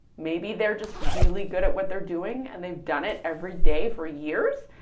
maybe they're just really good at what they're doing and they've done it every day for years,